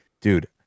dude